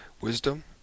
Wisdom